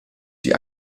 die